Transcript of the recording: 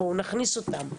בואו נכניס אותן.